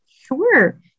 Sure